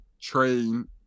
train